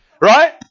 Right